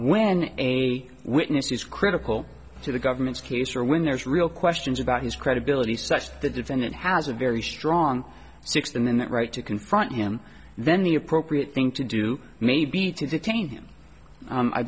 when a witness is critical to the government's case or when there's real questions about his credibility such that the defendant has a very strong sixth amendment right to confront him then the appropriate thing to do may be to detain him